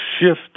shift